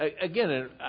Again